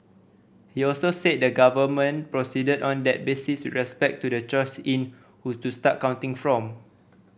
he also said the government proceeded on that basis respect to the choice in who to start counting from